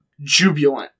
jubilant